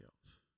else